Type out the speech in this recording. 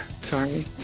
Sorry